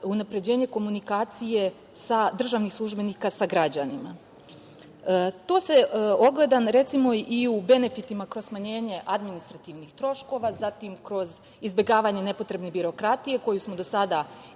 komunikacije državnih službenika sa građanima. To se ogleda, recimo, i u benefitima kroz smanjenje administrativnih troškova, kroz izbegavanje nepotrebne birokratije koju smo do sada